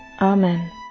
Amen